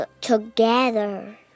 together